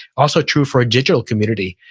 also true for a digital community,